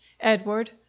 edward